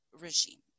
regime